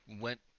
went